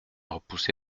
repoussé